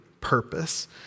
purpose